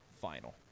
final